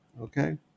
Okay